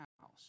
house